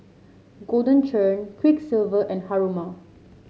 Golden Churn Quiksilver and Haruma